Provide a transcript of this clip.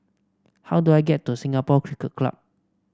how do I get to Singapore Cricket Club